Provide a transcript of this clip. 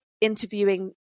interviewing